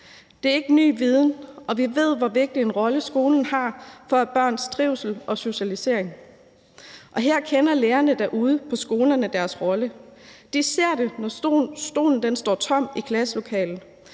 Det er ikke ny viden, og vi ved, hvor vigtig en rolle skolen har i forbindelse med børns trivsel og socialisering. Og her kender lærerne derude på skolerne deres rolle. De ser det, når stolen står tom i klasselokalet,